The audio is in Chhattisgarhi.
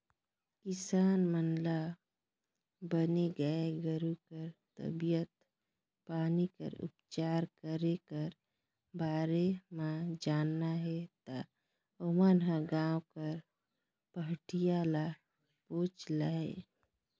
किसान मन ल बने गाय गोरु कर तबीयत पानी कर उपचार करे कर बारे म जानना हे ता ओमन ह गांव कर पहाटिया ल पूछ लय